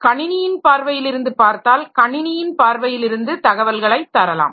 கணினியின் பார்வையில் இருந்து பார்த்தால் கணினியின் பார்வையிலிருந்து தகவல்களை தரலாம்